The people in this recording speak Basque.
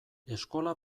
eskola